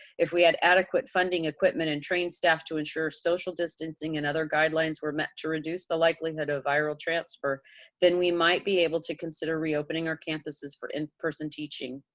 if we had adequate funding, equipment, and trained staff to ensure social distancing and other guidelines were met to reduce the likelihood of viral transfer then we might be able to consider reopening our campuses for in person teaching.